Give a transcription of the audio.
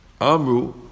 Amru